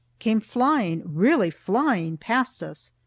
came flying really flying past us.